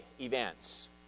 events